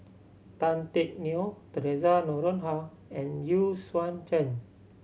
Tan Teck Neo Theresa Noronha and Zhen